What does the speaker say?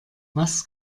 was